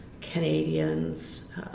Canadians